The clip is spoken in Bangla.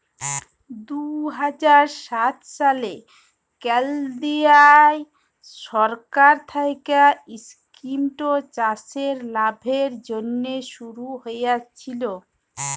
দু হাজার সাত সালে কেলদিরিয় সরকার থ্যাইকে ইস্কিমট চাষের লাভের জ্যনহে শুরু হইয়েছিল